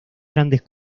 grandes